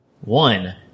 One